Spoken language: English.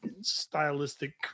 stylistic